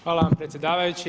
Hvala vam predsjedavajući.